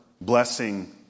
blessing